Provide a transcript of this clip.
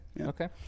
Okay